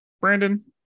Brandon